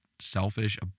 selfish